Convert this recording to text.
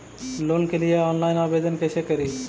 Loan के लिये online आवेदन कैसे करि?